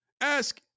Ask